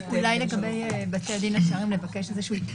אולי לגבי בתי הדין השרעיים נבקש איזשהו עדכון,